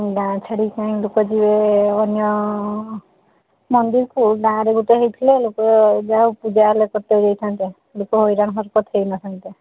ଗାଁ ଛାଡ଼ି କାହିଁକି ଲୋକ ଯିବେ ଅନ୍ୟ ମନ୍ଦିରକୁ ଗାଁରେ ଗୋଟେ ହେଇଥିଲେ ଲୋକ ଯାହା ହଉ ପୂଜା କରତେ ଯାଇଥାନ୍ତେ ଲୋକ ହଇରାଣ ହରକତ ହେଇନଥାନ୍ତେ